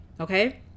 okay